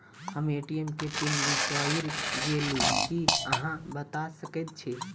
हम ए.टी.एम केँ पिन बिसईर गेलू की अहाँ बता सकैत छी?